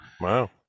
Wow